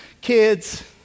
kids